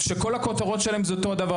שכל הכותרות שלהם זה אותו הדבר,